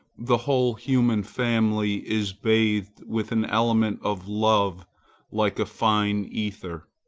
the whole human family is bathed with an element of love like a fine ether.